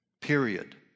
period